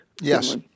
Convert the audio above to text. Yes